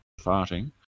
farting